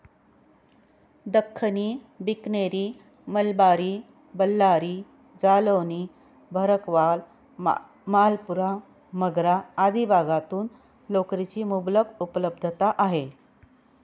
दख्खनी, बिकनेरी, मलबारी, बल्लारी, जालौनी, भरकवाल, मालपुरा, मगरा आदी भागातून लोकरीची मुबलक उपलब्धता आहे